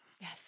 Yes